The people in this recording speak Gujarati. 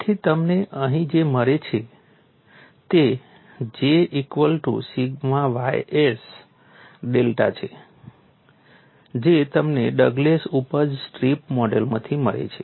તેથી તમને અહીં જે મળે છે તે J equal to sigma ys delta છે જે તમને ડગડેલ ઉપજ સ્ટ્રીપ મોડેલમાંથી મળે છે